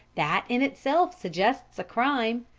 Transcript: that in itself suggests crime.